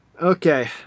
okay